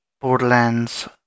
Borderlands